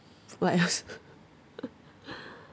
what else